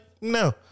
no